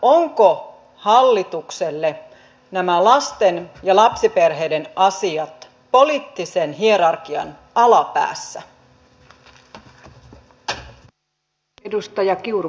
ovatko hallitukselle nämä lasten ja lapsiperheiden asiat poliittisen hierarkian alapäässä